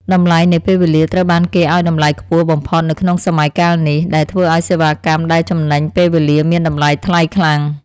តម្លៃនៃពេលវេលាត្រូវបានគេឱ្យតម្លៃខ្ពស់បំផុតនៅក្នុងសម័យកាលនេះ ដែលធ្វើឱ្យសេវាកម្មដែលចំណេញពេលវេលាមានតម្លៃថ្លៃខ្លាំង។